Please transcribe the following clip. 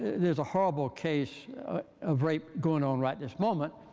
there's a horrible case of rape going on right this moment.